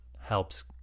helps